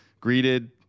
greeted